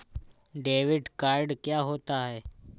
Debit card क्या होता है?